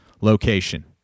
location